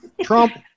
Trump